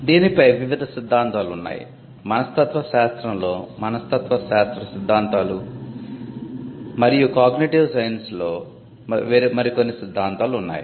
సృజనాత్మకతపై వివిధ సిద్ధాంతాలు ఉన్నాయి మనస్తత్వశాస్త్రంలో మనస్తత్వశాస్త్ర సిద్ధాంతాలు మరియు అభిజ్ఞా విజ్ఞాన శాస్త్రంలో సిద్ధాంతాలు ఉన్నాయి